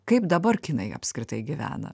kaip dabar kinai apskritai gyvena